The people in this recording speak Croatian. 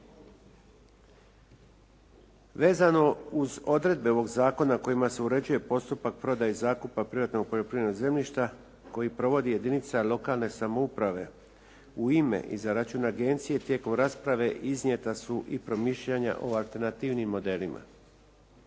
Vezano uz odredbe ovoga zakona kojima se uređuje postupak prodaje i zakupa privatnog poljoprivrednog zemljišta koje provodi jedinica lokalne samouprave u ime i za račun agencije tijekom rasprave iznijeta su i promišljanja o alternativnim modelima.